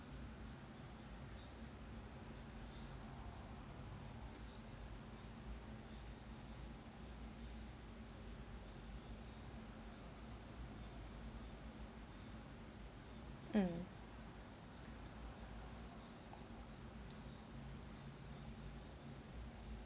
mm